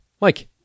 Mike